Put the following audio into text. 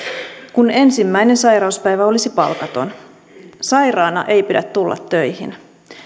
kun ensimmäinen sairauspäivä olisi palkaton sairaana ei pidä tulla töihin